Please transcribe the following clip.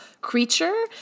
creature